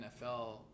NFL